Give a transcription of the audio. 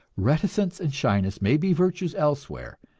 reticence and shyness may be virtues elsewhere,